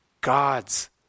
God's